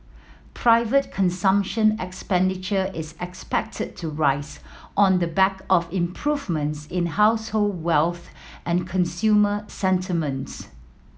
private consumption expenditure is expected to rise on the back of improvements in household wealth and consumer sentiments